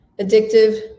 addictive